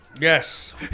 Yes